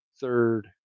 third